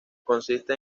consiste